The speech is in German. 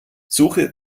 suche